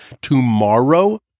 tomorrow